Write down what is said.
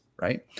right